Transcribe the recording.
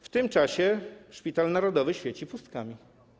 W tym czasie szpital narodowy świeci pustkami.